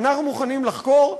אנחנו מוכנים לחקור,